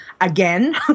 again